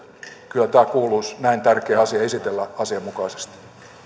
kyllä näin tärkeä asia kuuluisi esitellä asianmukaisesti